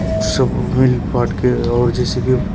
सब मिल बाँट के और जैसे कि